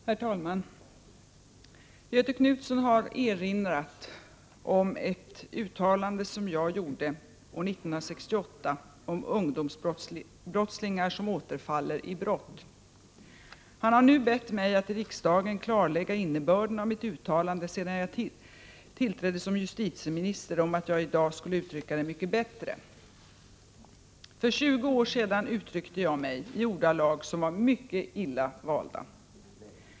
Herr talman! Göthe Knutson har erinrat om ett uttalande som jag gjorde år 1968 om ungdomsbrottslingar som återfaller i brott. Han har nu bett mig att i riksdagen klarlägga innebörden i mitt uttalande, sedan jag tillträdde som justitieminister, om att jag i dag skulle uttrycka det mycket bättre. För 20 år sedan uttryckte jag mig i ordalag som var mycket illa valda.